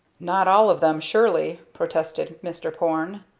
not all of them, surely, protested mr. porne.